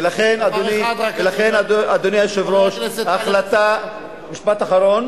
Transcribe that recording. ולכן, אדוני היושב-ראש, משפט אחרון